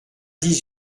dix